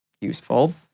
Useful